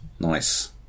nice